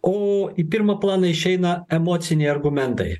o į pirmą planą išeina emociniai argumentai